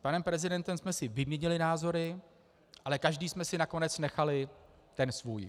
S panem prezidentem jsme si vyměnili názory, ale každý jsme si nakonec nechali ten svůj.